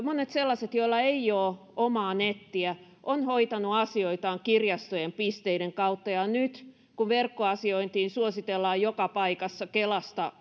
monet sellaiset ihmiset joilla ei ole omaa nettiä ovat hoitaneet asioitaan kirjastojen pisteiden kautta ja nyt kun verkkoasiointia suositellaan joka paikassa kelasta